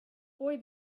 boy